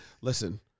Listen